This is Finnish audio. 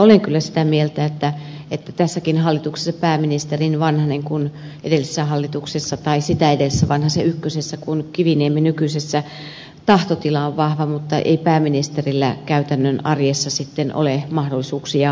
olen kyllä sitä mieltä että tässäkin hallituksessa pääministerin niin vanhasen edellisessä hallituksessa tai sitä edellisessä vanhasen ykkösessä kuin kiviniemen nykyisessä tahtotila on vahva mutta ei pääministerillä käytännön arjessa sitten ole mahdollisuuksia ja aikaa